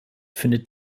findet